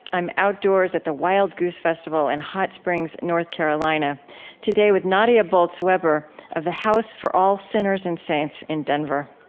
i'm outdoors at the wild goose festival in hot springs, north carolina today with nadia bolz-weber of the house for all sinners and saints in denver